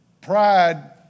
Pride